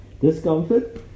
discomfort